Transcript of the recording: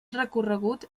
recorregut